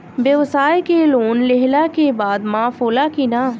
ब्यवसाय के लोन लेहला के बाद माफ़ होला की ना?